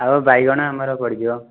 ଆଉ ବାଇଗଣ ଆମର ପଡ଼ିଯିବ